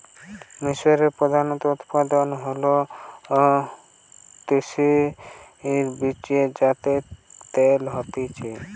মিশরে প্রধানত উৎপাদন হওয়া তিসির বীজ যাতে তেল হতিছে